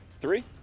three